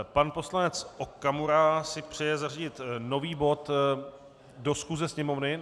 Pan poslanec Okamura si přeje zařadit nový bod do schůze Sněmovny.